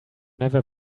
never